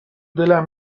دلم